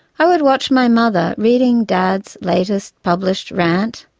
i would watch my mother reading dad's latest published rant,